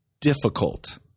difficult